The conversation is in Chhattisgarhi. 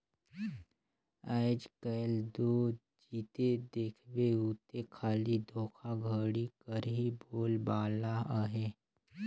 आएज काएल दो जिते देखबे उते खाली धोखाघड़ी कर ही बोलबाला अहे